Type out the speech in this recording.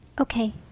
Okay